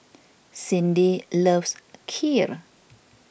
Cyndi loves Kheer